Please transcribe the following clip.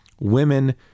Women